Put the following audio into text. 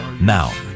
Now